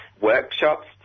workshops